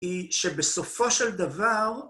היא שבסופו של דבר...